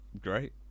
great